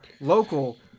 local